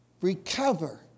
recover